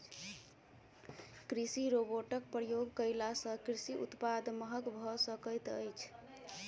कृषि रोबोटक प्रयोग कयला सॅ कृषि उत्पाद महग भ सकैत अछि